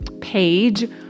page